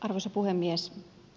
arvoisa puhemies